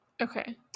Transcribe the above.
Okay